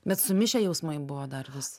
bet sumišę jausmai buvo dar vis